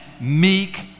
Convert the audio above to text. meek